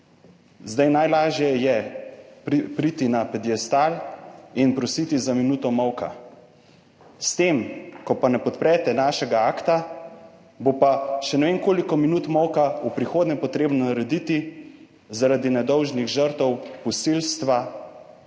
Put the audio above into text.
Zdaj, najlažje je priti na pediestal in prositi za minuto molka. S tem, ko pa ne podprete našega akta, bo pa še ne vem koliko minut molka v prihodnje potrebno narediti zaradi nedolžnih žrtev posilstva,